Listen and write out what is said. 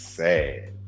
sad